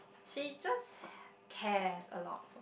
she just cares a lot